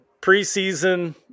preseason